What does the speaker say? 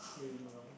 really long